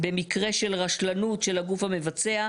במקרה של רשלנות של הגוף המבצע,